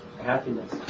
happiness